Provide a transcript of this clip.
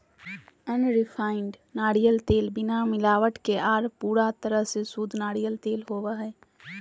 unrefined नारियल तेल बिना मिलावट के आर पूरा तरह से शुद्ध नारियल तेल होवो हय